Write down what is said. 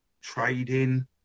trading